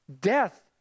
Death